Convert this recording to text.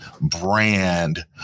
brand